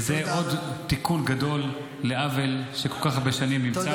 זה עוד תיקון גדול לעוול שכל כך הרבה שנים קיים.